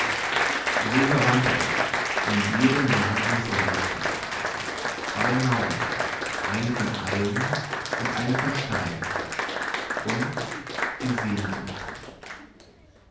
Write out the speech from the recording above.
so überwand er es und mit jedem jahr ging es leichter zwei mauern eine von eisen und eine von stein und die sehnsucht